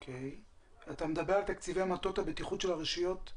אתה מדבר על תקציבי מטות הבטיחות של הרשויות.